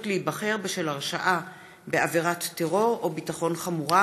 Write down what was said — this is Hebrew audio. להיבחר בשל הרשעה בעבירת טרור או ביטחון חמורה),